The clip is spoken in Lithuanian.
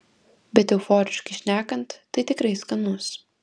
bet euforiškai šnekant tai tikrai skanus